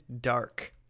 dark